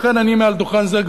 לכן אני מעל דוכן זה,